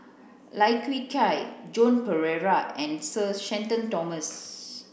Lai Kew Chai Joan Pereira and Sir Shenton Thomas